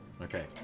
Okay